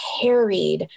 carried